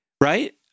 right